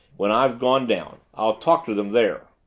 when i've gone down. i'll talk to them there.